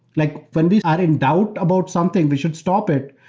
like when we are in doubt about something, we should stop it.